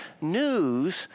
news